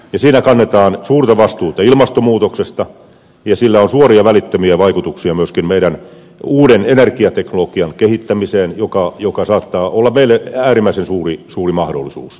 siinä kannetaan suurta vastuuta ilmastonmuutoksesta ja sillä on suoria ja välittömiä vaikutuksia myöskin meidän uuden energiateknologiamme kehittämiseen joka saattaa olla meille äärimmäisen suuri mahdollisuus